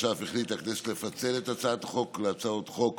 החליטה הכנסת לפצל את הצעת החוק להצעות חוק